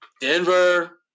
Denver –